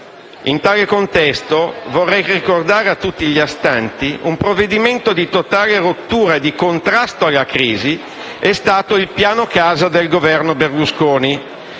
In tale contesto, vorrei ricordare a tutti gli astanti che un provvedimento di totale rottura e di contrasto alla crisi è stato il piano casa del Governo Berlusconi,